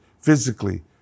physically